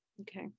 Okay